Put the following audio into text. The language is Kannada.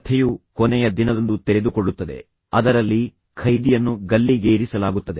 ಕಥೆಯು ಕೊನೆಯ ದಿನದಂದು ತೆರೆದುಕೊಳ್ಳುತ್ತದೆ ಅದರಲ್ಲಿ ಖೈದಿಯನ್ನು ಗಲ್ಲಿಗೇರಿಸಲಾಗುತ್ತದೆ